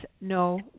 no